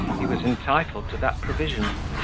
he was entitled to that provision.